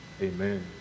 Amen